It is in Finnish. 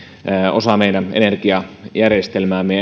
osa meidän energiajärjestelmäämme